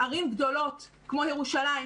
ערים גדולות כמו ירושלים,